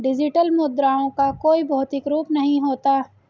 digital मुद्राओं का कोई भौतिक रूप नहीं होता